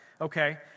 Okay